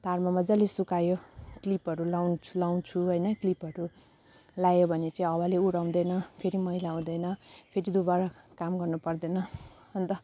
तारमा मजाले सुकायो क्लिपहरू लाउँछ लाउँछु होइन क्लिपहरू लगायो भने चाहिँ हावाले उडाउँदैन फेरि मैला हुँदैन फेरि दोबारा काम गर्नुपर्दैन अन्त